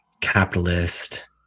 capitalist